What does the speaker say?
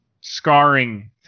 scarring